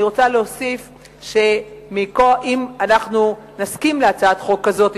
אני רוצה להוסיף שאם אנחנו נסכים להצעת חוק כזאת,